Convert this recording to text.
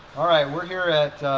alright, we're here at